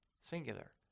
singular